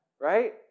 right